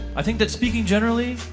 i think that speaking generally,